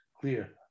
clear